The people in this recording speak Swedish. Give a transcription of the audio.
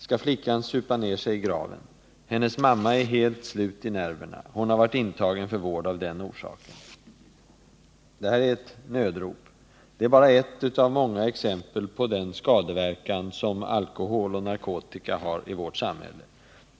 Ska flickan supa ner sig i graven? Hennes mamma är helt slut i nerverna. Hon har varit intagen för vård av den orsaken.” Det här brevet är ett nödrop. Det är bara ett av många exempel på den skadeverkan alkohol och narkotika har i vårt samhälle.